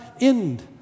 end